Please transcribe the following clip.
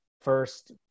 first